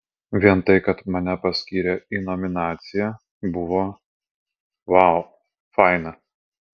vien tai kad mane paskyrė į nominaciją buvo vau faina